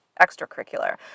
extracurricular